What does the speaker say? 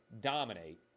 dominate